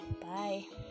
bye